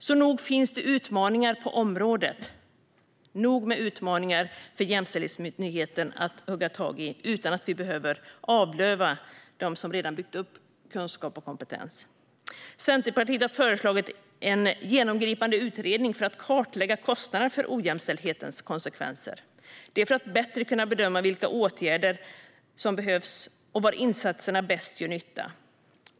Så nog finns utmaningar på området - nog med utmaningar för Jämställdhetsmyndigheten att hugga tag i - utan att vi behöver avlöva dem som redan byggt upp kunskap och kompetens. Centerpartiet har föreslagit en genomgripande utredning för att kartlägga kostnaderna för ojämställdhetens konsekvenser, för att bättre kunna bedöma vilka åtgärder som behövs och var insatserna gör bäst nytta.